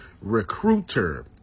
Recruiter